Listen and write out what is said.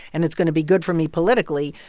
and it's going to be good for me politically.